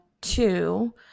two